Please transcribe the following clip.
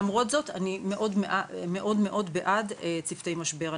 למרות זאת אני מאוד מאוד בעד צוותי משבר.